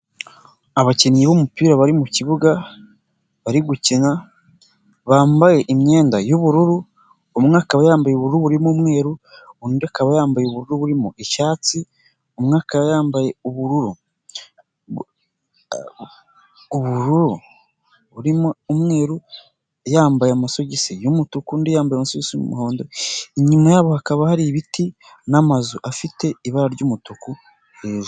Abakinnyi b'umupira bari mu kibuga bari gukina bambaye imyenda y'ubururu, umwe akaba yambaye ubururu burimo umweru, undi akaba yambaye ubururu burimo icyatsi, umwe akaba yambaye ubururu, ubururu burimo umweru yambaye amasogisi y'umutuku, undi yambaye amasogisi y'umuhondo, inyuma yabo hakaba hari ibiti n'amazu afite ibara ry'umutuku hejuru.